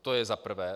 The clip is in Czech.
To je za prvé.